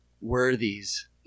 Worthies